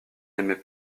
n’aimait